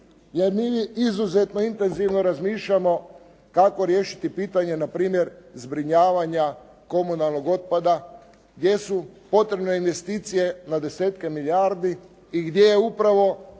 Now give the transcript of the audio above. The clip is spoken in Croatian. jer mi ili izuzetno intenzivno razmišljamo kako riješiti pitanje na primjer zbrinjavanja komunalnog otpada, gdje su potrebne investicije dvadesetke milijardi i gdje je upravo